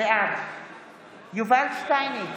בעד יובל שטייניץ,